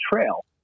trail